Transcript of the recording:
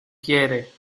quiere